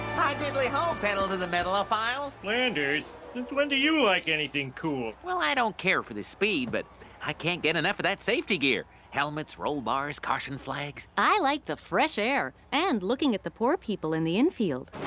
hi diddly-o peddle to the metal o-philes! flanders since when do you like anything cool. well, i don't care for the speed, but i can't get enough of that safety gear helmets, roll bars, caution flags. i like the fresh air and looking at the poor people in the infield.